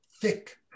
thick